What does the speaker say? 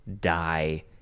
DIE